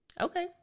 Okay